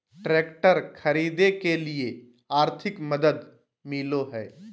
Tractor खरीदे के लिए आर्थिक मदद मिलो है?